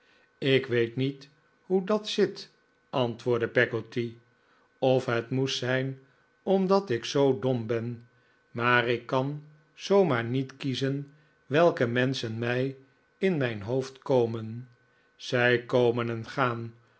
ik weet niet hoe dat zit antwoordde peggotty of het moest zijn omdat ik zoo dom ben maar ik kan zoo maar niet kiezen welke menschen mij in mijn hoofd komen zij komen en gaan